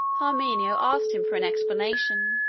parmenio asked him for an explanation.